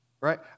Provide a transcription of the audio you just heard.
Right